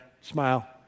Smile